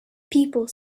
people